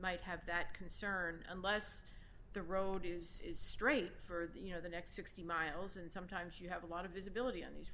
might have that concern unless the road is is straight for the you know the next sixty miles and sometimes you have a lot of visibility on these